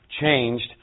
changed